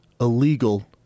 illegal